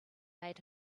made